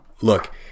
Look